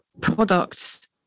products